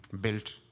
built